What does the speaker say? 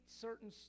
certain